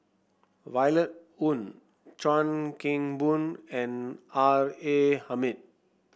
Violet Oon Chuan Keng Boon and R A Hamid